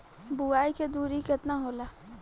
बुआई के दुरी केतना होला?